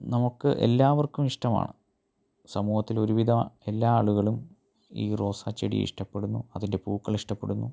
നമുക്ക് എല്ലാവർക്കും ഇഷ്ടമാണ് സമൂഹത്തിൽ ഒരു വിധ എല്ലാ ആളുകളും ഈ റോസാ ചെടിയെ ഇഷ്ടപ്പെടുന്നു അതിൻ്റെ പൂക്കൾ ഇഷ്ടപ്പെടുന്നു